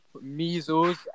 measles